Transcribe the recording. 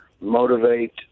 motivate